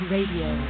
Radio